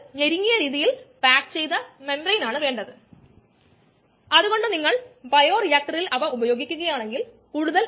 Vm K m എന്നീ രണ്ട് പാരാമീറ്ററുകളുള്ള മൈക്കിളിസ് മെന്റൻ സമവാക്യത്തിന്റെ വ്യുൽപ്പന്നത്തിലൂടെ നമ്മൾ കടന്നുപോയി